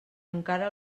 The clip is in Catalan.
encara